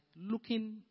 looking